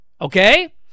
okay